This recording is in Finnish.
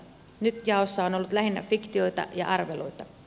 nyt jaossa on ollut lähinnä fiktioita ja arveluita